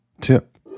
tip